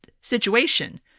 situation